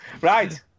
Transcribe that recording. Right